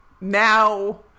now